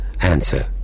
answer